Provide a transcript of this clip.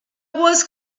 was